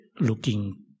looking